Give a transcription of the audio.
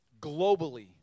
globally